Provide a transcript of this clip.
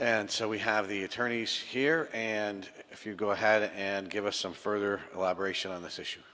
and so we have the attorneys here and if you go ahead and give us some further elaboration on this issue